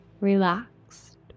relaxed